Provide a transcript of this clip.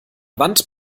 wand